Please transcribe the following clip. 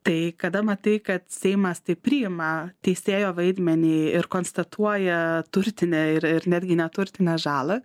tai kada matai kad seimas tai priima teisėjo vaidmenį ir konstatuoja turtinę ir ir netgi neturtinę žalą